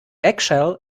eggshell